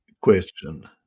question